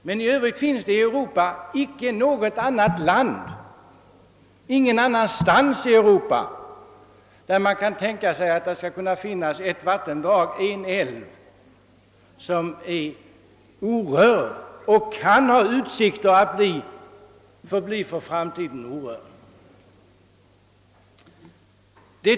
I övrigt finns det inte i något land i Europa en flod, en älv som kan tänkas ha utsikter att få förbli orörd i framtiden.